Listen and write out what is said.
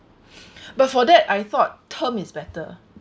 but for that I thought term is better